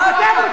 תתבייש.